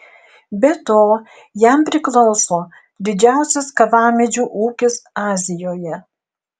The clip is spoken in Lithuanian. be to jam priklauso didžiausias kavamedžių ūkis azijoje